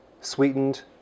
sweetened